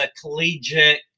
collegiate